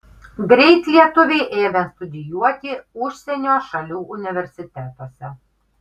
greit lietuviai ėmė studijuoti užsienio šalių universitetuose